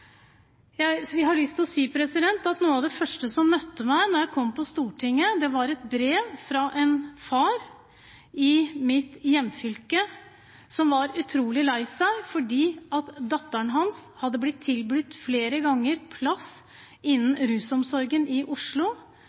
Jeg har lyst til å si at noe av det første som møtte meg da jeg kom på Stortinget, var et brev fra en far i mitt hjemfylke som var utrolig lei seg fordi datteren hans flere ganger hadde blitt tilbudt plass innen rusomsorgen i Oslo.